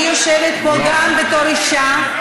אני יושבת פה גם בתור אישה,